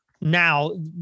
now